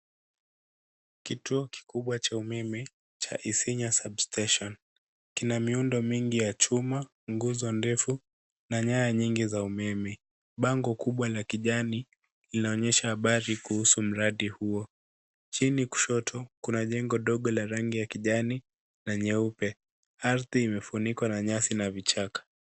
Kituo kikubwa cha umeme cha Isinya substation. Kina miundo mingi ya chuma, nguzo ndefu na nyaya nyingi za umeme. Bango kubwa la kijani linaonyesha habari kuhusu mradi huo. Chini kuna kushoto kuna jengo ndogo la rangi ya kijani na nyeupe. Ardhi imefunikwa na nyasi na vichaka.